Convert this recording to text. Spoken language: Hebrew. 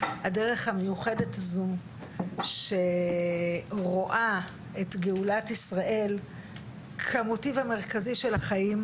הדרך המיוחדת הזו שרואה את גאולת ישראל כמהותי ומרכזי של החיים,